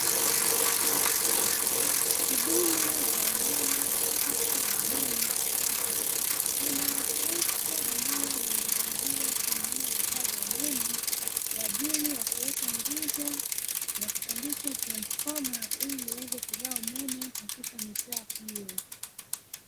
Huduma za umeme katika jamii kuna trekta ambalo linasaidia kuinua vifaa vya umeme kwa ajili ya kuweka nguzo na kupandisha transifoma iliiweze kugawa umeme katika mitaa hiyo.